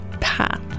path